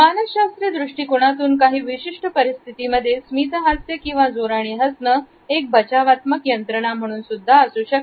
मानसशास्त्रीय दृष्टिकोनातून काही विशिष्ट परिस्थितीमध्ये स्मित हास्य किंवा जोराने हसणं एक बचावात्मक यंत्रणा म्हणून सुद्धा असू शकते